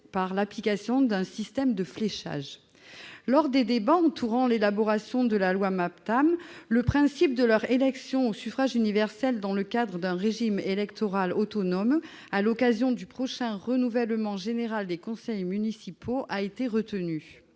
par l'application d'un système de fléchage. Lors des débats entourant l'élaboration de la loi MAPTAM, le principe de l'élection de ces conseillers au suffrage universel dans le cadre d'un régime électoral autonome à l'occasion du prochain renouvellement général des conseils municipaux a été retenu.